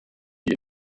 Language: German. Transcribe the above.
die